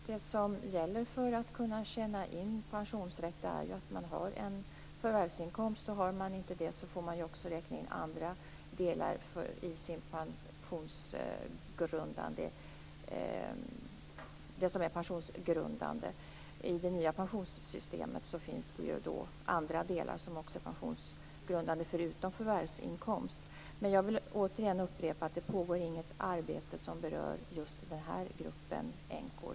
Fru talman! För att kunna tjäna in pensionsrätt gäller det att man har en förvärvsinkomst. Har man inte det får man också räkna in annat som är pensionsgrundande. I det nya pensionssystemet finns det andra delar som också är pensionsgrundande förutom förvärvsinkomst. Men jag vill återigen upprepa att det inte pågår något arbete som berör just den här gruppen änkor.